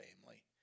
family